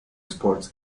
sports